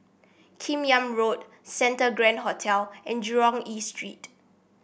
Kim Yam Road Santa Grand Hotel and Jurong East Street